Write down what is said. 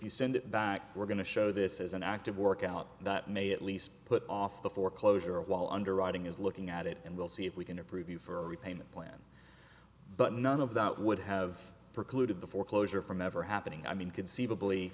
you send it back we're going to show this as an act of work out that may at least put off the foreclosure a while underwriting is looking at it and we'll see if we can approve you for a repayment plan but none of that would have precluded the foreclosure from ever happening i mean conceivably